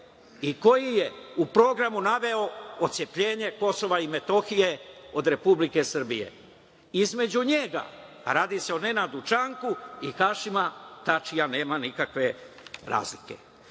i koji je u programu naveo otcepljenje KiM od Republike Srbije. Između njega, a radi se o Nenadu Čanku, i Hašima Tačija nema nikakve razlike. Na